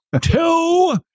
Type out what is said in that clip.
Two